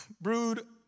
brood